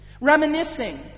reminiscing